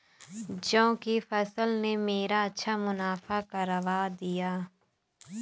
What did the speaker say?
जौ की फसल ने मेरा अच्छा मुनाफा करवा दिया